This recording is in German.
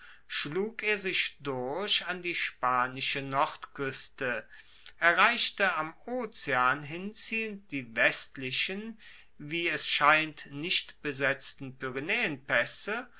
schlug er sich durch an die spanische nordkueste erreichte am ozean hinziehend die westlichen wie es scheint nicht besetzten